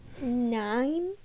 nine